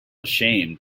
ashamed